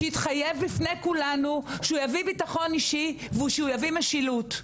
שהתחייב בפני כולנו שהוא יביא ביטחון אישי ושהוא יביא משילות.